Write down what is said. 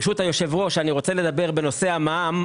ברשות היושב-ראש אני רוצה לדבר בנושא המע"מ,